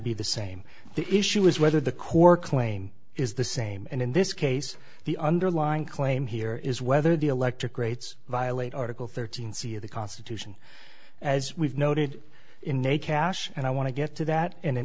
be the same the issue is whether the core claim is the same and in this case the underlying claim here is whether the electric rates violate article thirteen c of the constitution as we've noted in a cache and i want to get to that and in